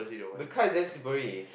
the car is damn slippery